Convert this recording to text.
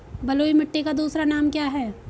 बलुई मिट्टी का दूसरा नाम क्या है?